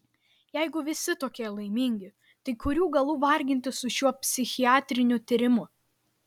jeigu visi tokie laimingi tai kurių galų vargintis su šiuo psichiatriniu tyrimu